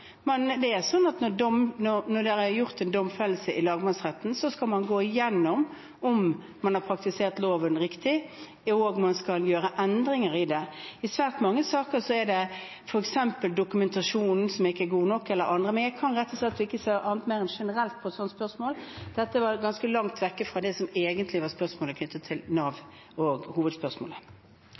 er gjort en domfellelse i lagmannsretten, skal man gå igjennom om man har praktisert loven riktig, og man skal gjøre endringer i det. I svært mange saker er det f.eks. dokumentasjonen som ikke er god nok, eller andre ting, men jeg kan rett og slett ikke svare annet enn generelt på et slikt spørsmål, for dette var ganske langt vekk fra det som egentlig var spørsmålet knyttet til Nav, og fra hovedspørsmålet.